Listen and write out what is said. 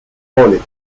college